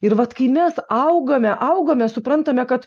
ir vat kai mes augame augame suprantame kad